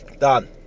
Done